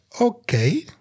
okay